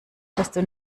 desto